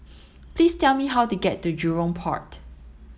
please tell me how to get to Jurong Port